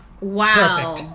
Wow